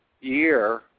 year